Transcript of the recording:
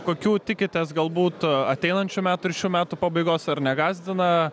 kokių tikitės galbūt ateinančių metų ir šių metų pabaigos ar negąsdina